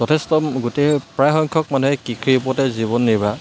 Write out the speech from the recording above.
যথেষ্ট গোটেই প্ৰায় সংখ্যক মানুহে কৃষিৰ ওপৰতে জীৱন নিৰ্বাহ